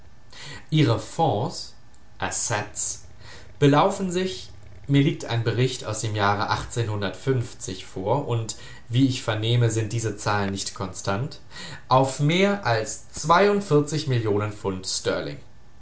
ihre fonds assets belaufen sich mir liegt ein bericht aus dem jahre vor und wie ich vernehme sind diese zahlen nicht konstant auf mehr als millionen